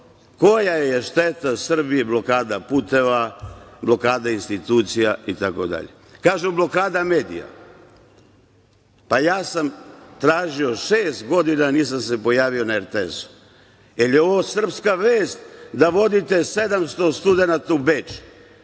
koja je šteta Srbiji blokada puteva, blokada institucija, itd. Kažu, blokada medija. Ja sam tražio… šest godina nisam se pojavio na RTS-u, jer je ovo sprska vest, da vodite 700 studenata u Beč,